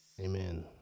Amen